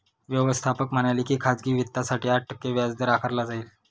व्यवस्थापक म्हणाले की खाजगी वित्तासाठी आठ टक्के व्याजदर आकारला जाईल